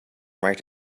write